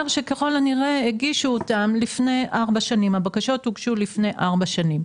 שככל הנראה הבקשות הוגשו לפני ארבע שנים.